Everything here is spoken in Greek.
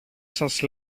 σας